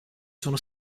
sono